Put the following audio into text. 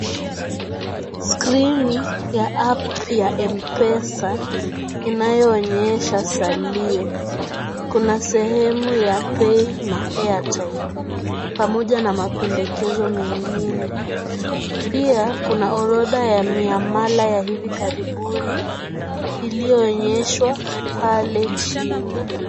Skirini ya app ya mpesa inayoonyesha salio. Kuna sehemu ya pay na airtime pamoja na mapendekezo mengine. Pia kuna orodha ya miamala ya hivi karibuni iliyoonyeshwa pale chini.